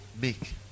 make